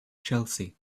chelsea